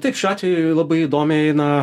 taip šiuo atveju labai įdomiai na